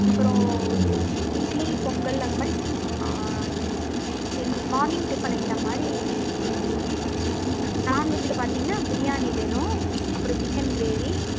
அப்புறம் இட்லி பொங்கல் அந்த மாதிரி என்னது மார்னிங் டிஃபன் ஐட்டம் மாதிரி வேணும் நான்வெஜ்ஜில் பார்த்திங்னா பிரியாணி வேணும் அப்புறம் சிக்கன் கிரேவி